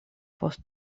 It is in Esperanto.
post